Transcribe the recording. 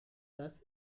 dass